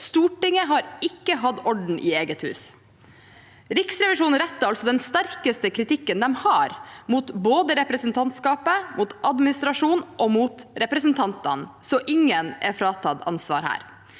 Stortinget har ikke hatt orden i eget hus. Riksrevisjonen retter altså den sterkeste kritikken de har, både mot presidentskapet, mot administrasjonen og mot representantene, så ingen er fratatt ansvar her.